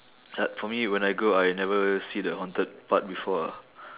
for me when I go I never see the haunted part before ah